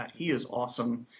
he is awesome,